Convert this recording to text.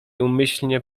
umyślnie